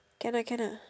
can ah can ah